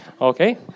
okay